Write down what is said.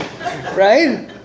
right